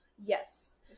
Yes